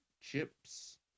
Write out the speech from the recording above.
chips